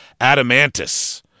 Adamantis